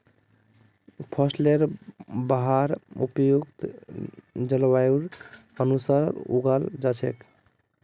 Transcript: फसलेर वहार उपयुक्त जलवायुर अनुसार उगाल जा छेक